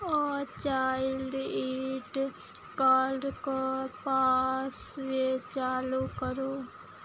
a child it कॉल्डके पाश्व चालु करू